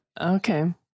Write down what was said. okay